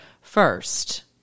first